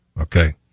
Okay